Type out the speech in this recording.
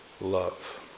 love